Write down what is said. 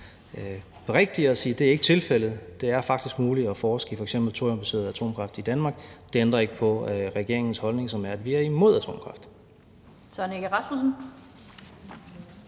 at det ikke er tilfældet – det er faktisk muligt at forske i f.eks. thoriumbaseret atomkraft i Danmark. Det ændrer ikke på regeringens holdning, som er, at vi er imod atomkraft.